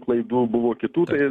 klaidų buvo kitų tai